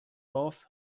both